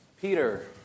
Peter